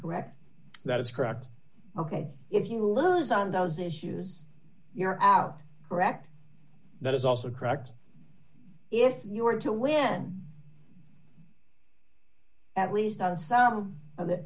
correct that is correct ok if you lose on those issues you're out correct that is also correct if you were to win at least on some